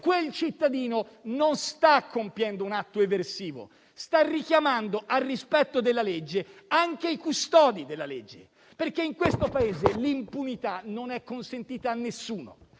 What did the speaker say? legge, egli non sta compiendo un atto eversivo, ma sta richiamando al rispetto della legge anche i custodi della legge. Infatti, in questo Paese l'impunità non è consentita a nessuno: